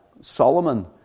Solomon